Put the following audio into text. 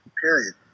Period